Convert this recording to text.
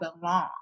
belong